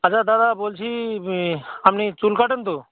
আচ্ছা দাদা বলছি আপনি চুল কাটেন তো